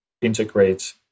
integrate